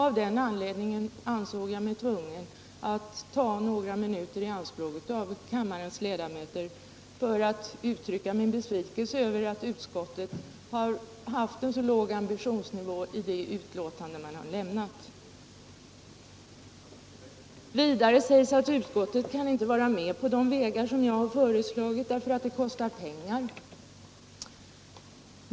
Av den anledningen ansåg jag mig tvungen att ta några minuter i anspråk av kammarens ledamöters tid för att uttrycka min besvikelse över att utskottet har haft en så låg ambitionsnivå i betänkandet. Det sägs vidare att utskottet inte kan gå in på de vägar som jag har föreslagit, därför att det kostar pengar.